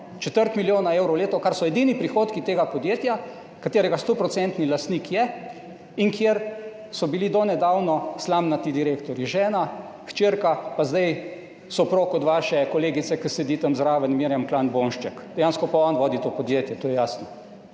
četrt milijona evrov letno, kar so edini prihodki tega podjetja, katerega stoprocentni lastnik je in kjer so bili do nedavno slamnati direktorji, žena, hčerka, pa zdaj soprog od vaše kolegice, ki sedi tam zraven, Mirjam Klan Bonšček, dejansko pa on vodi to podjetje, to je jasno.